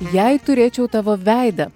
jei turėčiau tavo veidą